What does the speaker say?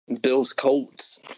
Bills-Colts